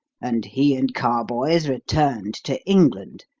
and he and carboys returned to england,